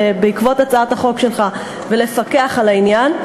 בעקבות הצעת החוק שלך ולפקח על העניין.